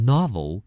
Novel